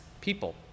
People